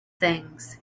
things